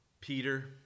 Peter